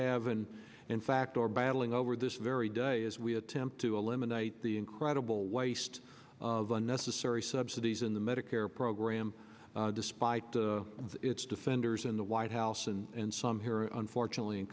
have and in fact or battling over this very day as we attempt to eliminate the incredible waste of unnecessary subsidies in the medicare program despite its defenders in the white house and some here unfortunately in